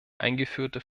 eingeführte